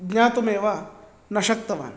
ज्ञातुमेव न शक्तवान्